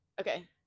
Okay